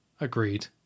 Agreed